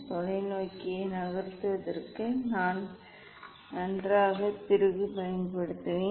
தொலைநோக்கியை நகர்த்துவதற்கு நான் நன்றாக திருகு பயன்படுத்துவேன்